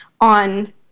on